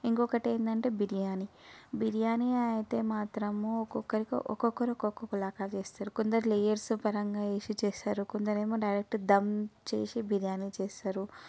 ఇంకొకటి ఏంటంటే బిర్యాని బిర్యాని అయితే మాత్రం ఒక్కొక్కరికి ఒక్కొక్కరు ఒక్కొక్క లాగా చేస్తారు కొందరు లేయర్స్ పరంగా వేసి చేస్తారు కొందరు ఏమో డైరెక్ట్ దమ్ చేసి బిర్యాని చేస్తారు